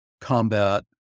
combat